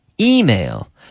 Email